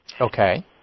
Okay